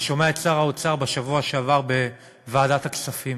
אני שומע את שר האוצר בשבוע שעבר, בוועדת הכספים,